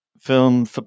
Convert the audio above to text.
film